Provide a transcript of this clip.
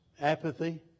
apathy